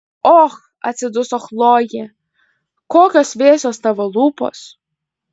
och atsiduso chlojė kokios vėsios tavo lūpos